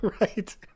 Right